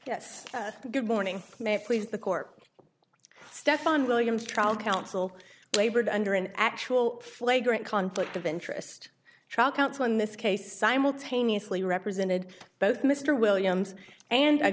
right good morning may it please the court stefan williams trial counsel labored under an actual flagrant conflict of interest trial counsel in this case simultaneously represented both mr williams and